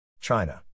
China